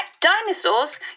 dinosaurs